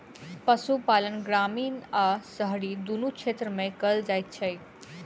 पशुपालन ग्रामीण आ शहरी दुनू क्षेत्र मे कयल जाइत छै